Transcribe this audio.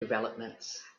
developments